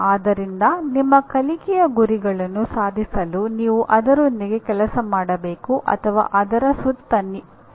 ಆದ್ದರಿಂದ ನಿಮ್ಮ ಕಲಿಕೆಯ ಗುರಿಗಳನ್ನು ಸಾಧಿಸಲು ನೀವು ಅದರೊಂದಿಗೆ ಕೆಲಸ ಮಾಡಬೇಕು ಅಥವಾ ಅದರ ಸುತ್ತ ಕೆಲಸ ಮಾಡಬೇಕು